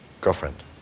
girlfriend